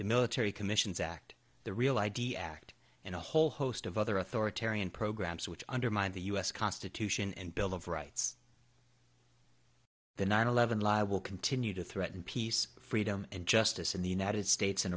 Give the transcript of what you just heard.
the military commissions act the real id act and a whole host of other authoritarian programs which undermined the u s constitution and bill of rights the nine eleven law will continue to threaten peace freedom and justice in the united states and